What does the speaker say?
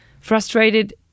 frustrated